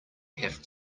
have